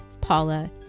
Paula